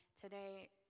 today